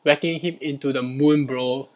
whacking him into the moon bro